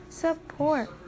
support